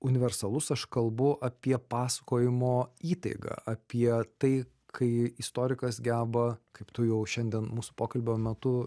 universalus aš kalbu apie pasakojimo įtaigą apie tai kai istorikas geba kaip tu jau šiandien mūsų pokalbio metu